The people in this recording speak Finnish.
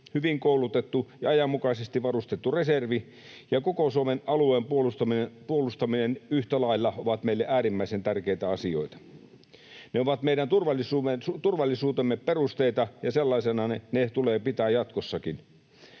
hyvin koulutettu ja ajanmukaisesti varustettu reservi ja koko Suomen alueen puolustaminen yhtä lailla ovat meille äärimmäisen tärkeitä asioita. Ne ovat meidän turvallisuutemme perusteita, ja sellaisena ne tulee pitää jatkossakin.